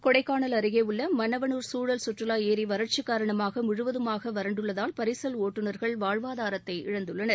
கொடைக்கானல் அருகே உள்ள மன்னவனூர் சூழல் சுற்றுவா ஏரி வறட்சி காரணமாக முழுவதமாக வறண்டுள்ளதால் பரிசல் ஒட்டுநர்கள் வாழ்வாதரத்தை இழந்துள்ளனர்